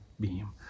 beam